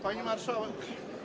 Pani Marszałek!